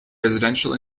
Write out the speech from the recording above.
residential